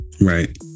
right